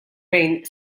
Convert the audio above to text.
bejn